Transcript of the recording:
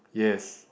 yes